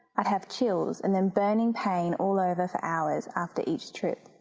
i'd have chills and then burning pain all over for hours after each trip.